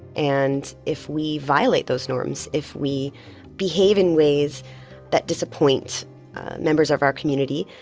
and if we violate those norms, if we behave in ways that disappoint members of our community,